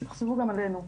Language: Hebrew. תסתכלו גם עלינו.